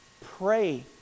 Pray